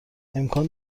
امکان